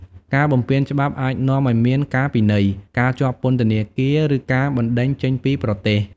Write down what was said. ការបំពានច្បាប់អាចនាំឱ្យមានការពិន័យ ការជាប់ពន្ធនាគារ ឬការបណ្តេញចេញពីប្រទេស។